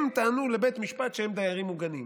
הם טענו לבית המשפט שהם דיירים מוגנים.